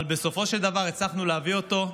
אבל בסופו של דבר הצלחנו להביא אותו,